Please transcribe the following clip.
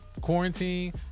quarantine